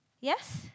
Yes